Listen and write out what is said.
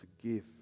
forgive